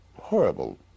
horrible